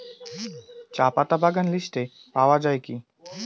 চাপাতা বাগান লিস্টে পাওয়া যায় কি?